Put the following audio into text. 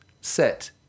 set